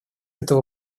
этого